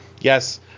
yes